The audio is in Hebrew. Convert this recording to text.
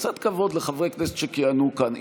קצת כבוד לחברי כנסת שכיהנו כאן.